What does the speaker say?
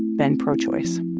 been pro-choice.